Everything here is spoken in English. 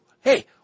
Hey